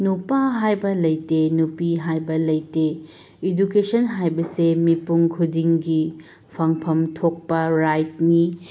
ꯅꯨꯄꯥ ꯍꯥꯏꯕ ꯂꯩꯇꯦ ꯅꯨꯄꯤ ꯍꯥꯏꯕ ꯂꯩꯇꯦ ꯏꯗꯨꯀꯦꯁꯟ ꯍꯥꯏꯕꯁꯤ ꯃꯤꯄꯨꯝ ꯈꯨꯗꯤꯡꯒꯤ ꯐꯪꯐꯝ ꯊꯣꯛꯄ ꯔꯥꯏꯠꯅꯤ